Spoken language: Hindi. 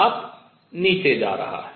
ताप नीचे जा रहा है